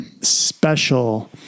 special